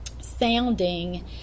sounding